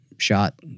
shot